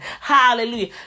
Hallelujah